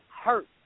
hurt